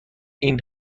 این